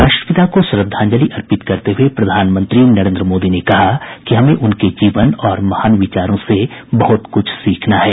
राष्ट्रपिता को श्रद्धांजलि अर्पित करते हुए प्रधानमंत्री नरेन्द्र मोदी ने कहा कि हमें उनके जीवन और महान विचारों से बहुत कुछ सीखना है